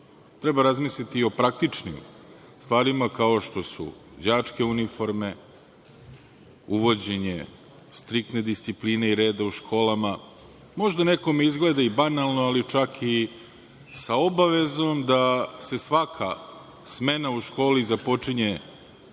Treba razmisliti i o praktičnim stvarima, kao što su đačke uniforme, uvođenje striktne discipline i reda u školama. Možda nekome izgleda i banalno, ali čak i sa obavezom da se svaka smena u školi započinje